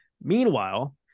Meanwhile